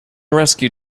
rescue